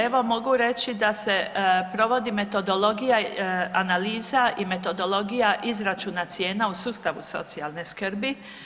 Evo mogu reći da se provodi metodologija, analiza i metodologija izračuna cijena u sustavu socijalne skrbi.